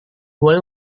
boleh